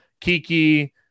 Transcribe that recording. Kiki